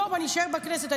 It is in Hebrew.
בשביל ג'וב אני אישאר בכנסת.